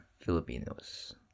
Filipinos